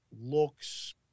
looks